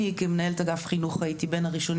אני כמנהלת אגף חינוך הייתי בין הראשונים